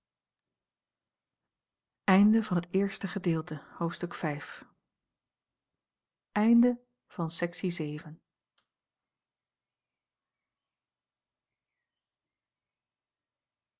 omweg eerste gedeelte